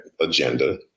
agenda